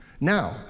Now